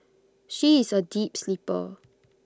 she is A deep sleeper